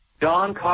Don